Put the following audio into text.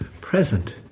present